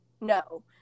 No